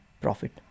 profit